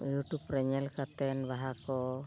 YouTube ᱨᱮ ᱧᱮᱞ ᱠᱟᱛᱮ ᱵᱟᱦᱟ ᱠᱚ